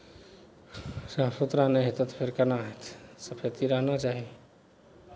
साफ सुथरा नहि हेतह तऽ फेर केना हेतै सफैती रहना चाही